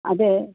അതെ